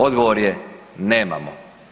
Odgovor je nemamo.